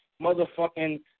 motherfucking